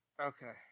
Okay